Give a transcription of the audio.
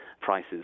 prices